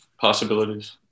possibilities